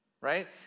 right